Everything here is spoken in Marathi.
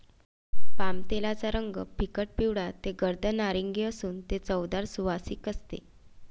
पामतेलाचा रंग फिकट पिवळा ते गर्द नारिंगी असून ते चवदार व सुवासिक असते